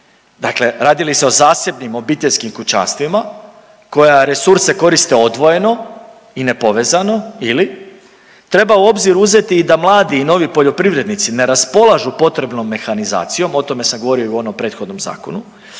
Dakle, radi li se o zasebnim obiteljskim kućanstvima koja resurse koriste odvojeno i nepovezano ili treba u obzir uzeti i da mladi novi poljoprivrednici ne raspolažu potrebnom mehanizacijom, o tome sam govorio i u onom prethodnom zakonu